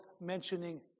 mentioning